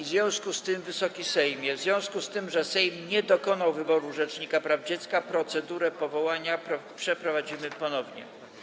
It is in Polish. W związku z tym, Wysoki Sejmie, że Sejm nie dokonał wyboru rzecznika praw dziecka, procedurę powołania przeprowadzimy ponownie.